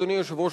אדוני היושב-ראש,